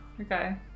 okay